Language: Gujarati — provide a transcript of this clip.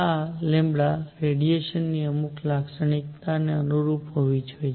આ રેડીયેશનની અમુક લાક્ષણિકતાને અનુરૂપ હોવી જોઈએ